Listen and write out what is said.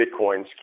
Bitcoins